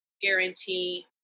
guarantee